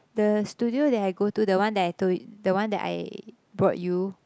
the studio that I go to the one that I told the one that I brought you